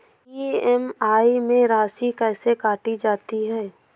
EMI में राशि कैसे काटी जाती है?